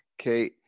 okay